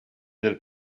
del